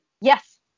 Yes